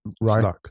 Right